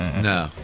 No